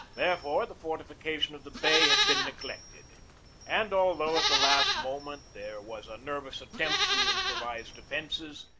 therefore, the fortification of the bay had been neglected and although at the last moment there was a nervous attempt to improvise defences,